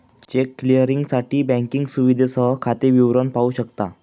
check क्लिअरिंगसाठी banking सुविधेसह खाते विवरण पाहू शकता